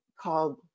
called